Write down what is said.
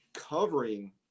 Covering